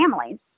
families